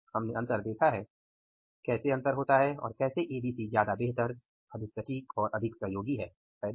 हमने अंतर देखा है कैसे अंतर होता है और कैसे एबीसी ज्यादा बेहतर अधिक सटीक और अधिक उपयोगी है है ना